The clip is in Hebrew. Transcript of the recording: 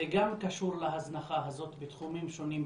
זה גם קשור להזנחה הזאת בתחומים השונים,